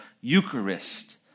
eucharist